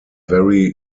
very